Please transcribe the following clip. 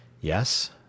Yes